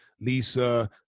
Lisa